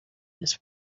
this